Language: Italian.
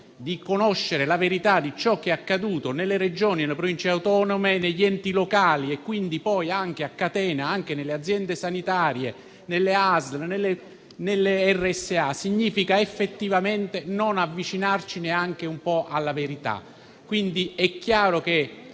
di conoscere la verità su ciò che è accaduto nelle Regioni, nelle Province autonome, negli enti locali e quindi poi, a catena, anche nelle aziende sanitarie, nelle ASL e nelle RSA significhi effettivamente non avvicinarci neanche un po' alla verità. È chiaro che